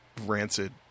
rancid